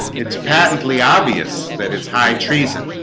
it's patently obvious that it's high treason